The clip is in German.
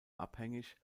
abhängig